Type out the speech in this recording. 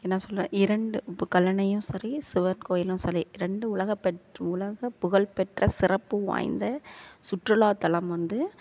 என்ன சொல்ல இரண்டு இப்போ கல்லணையும் சரி சிவன் கோவிலும் சரி ரெண்டும் உலகப் பெற்று உலக புகழ் பெற்ற சிறப்பு வாய்ந்த சுற்றுலாத் தலம் வந்து